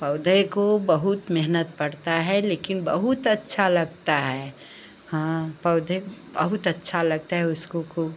पौधे को बहुत मेहनत पड़ती है लेकिन बहुत अच्छा लगता है हाँ पौधे बहुत अच्छा लगता है उसको खूब